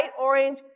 orange